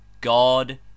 God